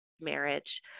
marriage